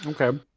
okay